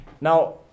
now